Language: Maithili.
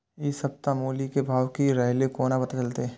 इ सप्ताह मूली के भाव की रहले कोना पता चलते?